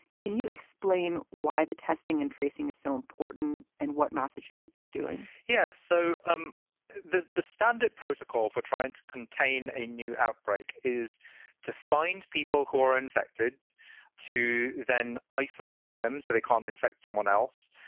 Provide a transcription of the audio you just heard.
can you explain why the testing and tracing is so important and what massachusetts is doing? yeah. so um the the standard protocol for trying to contain a new outbreak is to find people who are infected to then isolate them so they can infect someone else,